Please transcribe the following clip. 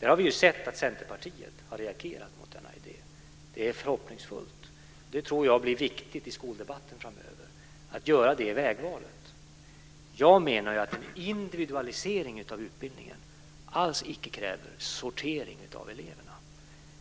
Vi har sett att Centerpartiet har reagerat mot denna idé. Det är förhoppningsfullt. Jag tror att det blir viktigt i skoldebatten framöver att göra det vägvalet. Jag menar att en individualisering av utbildningen alls icke kräver sortering av eleverna.